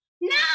No